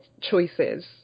choices